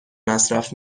مصرف